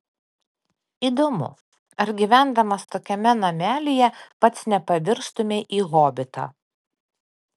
įdomu ar gyvendamas tokiame namelyje pats nepavirstumei į hobitą